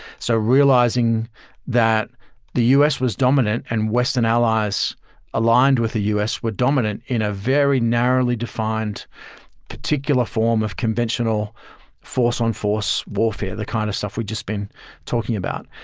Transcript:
so realizing that the u s. was dominant and western allies aligned with the u s. were dominant in a very narrowly defined particular form of conventional force-on-force warfare, the kind of stuff we've just been talking about.